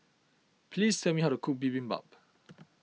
please tell me how to cook Bibimbap